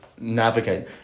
navigate